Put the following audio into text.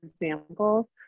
examples